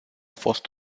fost